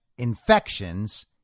infections